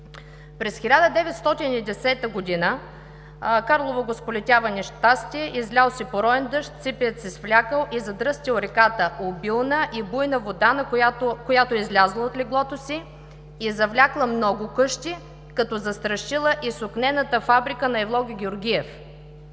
През 1910 г. Карлово го сполетява нещастие: излял се пороен дъжд, сипеят се свлякъл и задръстил реката, обилна и буйна вода, която излязла от леглото си и завлякла много къщи, като застрашила и сукнената фабрика на Евлоги Георгиев.